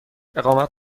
اقامت